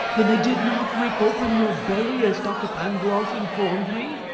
then they did not rip open your belly as doctor pangloss informed me?